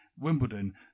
Wimbledon